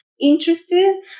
Interested